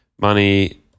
Money